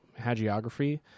hagiography